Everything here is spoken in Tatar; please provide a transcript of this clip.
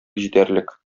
җитәрлек